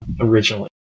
originally